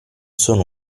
sono